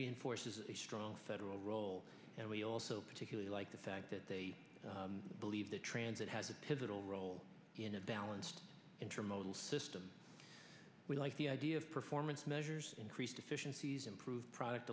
reinforces a strong federal role and we also particularly like the fact that they believe that transit has the pivotal role in a balanced intermodal system we like the idea of performance measures increased efficiencies improved product